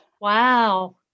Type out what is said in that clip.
Wow